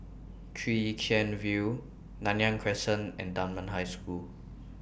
Chwee Chian View Nanyang Crescent and Dunman High School